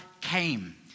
came